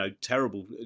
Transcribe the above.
terrible